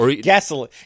Gasoline